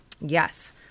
Yes